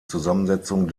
zusammensetzung